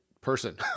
person